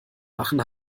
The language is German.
machen